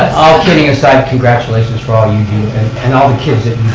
all kidding aside, congratulations for all you do and all the kids that